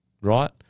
right